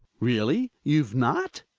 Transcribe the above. really? you've not?